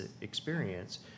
experience